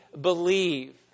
believe